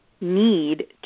need